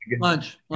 lunch